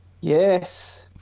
yes